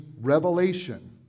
revelation